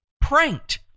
pranked